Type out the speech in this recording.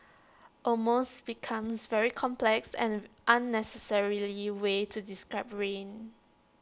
almost becomes very complex and unnecessarily way to describe rain